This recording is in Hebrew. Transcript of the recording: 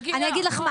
תראי, אני אגיד לך מה.